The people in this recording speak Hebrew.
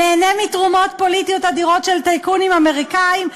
נהנה מתרומות פוליטיות אדירות של טייקונים אמריקנים,